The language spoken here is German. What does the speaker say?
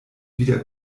wieder